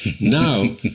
Now